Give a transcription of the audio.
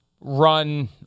run